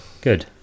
Good